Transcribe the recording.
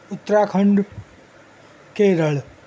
Uttarakhand Kerala